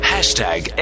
Hashtag